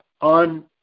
on